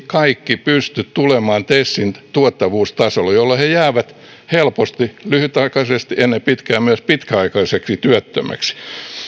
kaikki pysty tulemaan tesin tuottavuustasolle jolloin he jäävät helposti ly hytaikaisesti ennen pitkää myös pitkäaikaisesti työttömäksi